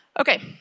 Okay